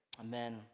amen